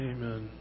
Amen